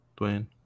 Dwayne